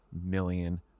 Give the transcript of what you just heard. million